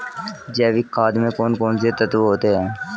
जैविक खाद में कौन कौन से तत्व होते हैं?